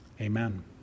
Amen